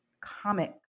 comic